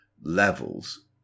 levels